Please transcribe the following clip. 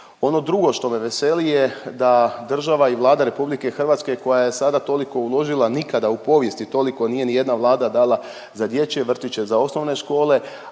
Ono drugo što me veseli je da država i Vlada RH koja je sada toliko uložila, nikada u povijesti toliko nije nijedna vlada dala za dječje vrtiće, za osnovne škole,